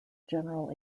general